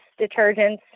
detergents